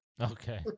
Okay